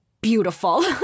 beautiful